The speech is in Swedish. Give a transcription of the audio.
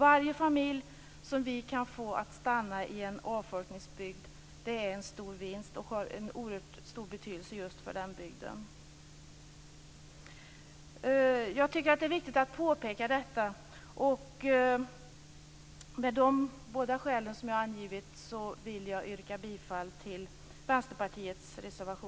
Varje familj som vi kan få att stanna i en avfolkningsbygd är en stor vinst, och det har en oerhört stor betydelse just för den bygden. Jag tycker att det är viktigt att påpeka detta. Med de båda skäl som jag har angivit vill jag yrka bifall till reservation nr 3.